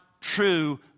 true